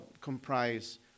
comprise